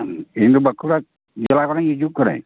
ᱤᱧ ᱫᱚ ᱵᱟᱸᱠᱩᱲᱟ ᱡᱮᱞᱟ ᱠᱷᱚᱱᱤᱧ ᱦᱤᱡᱩᱜ ᱠᱟᱹᱱᱟᱹᱧ